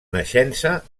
naixença